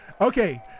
okay